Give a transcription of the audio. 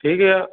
ठीक है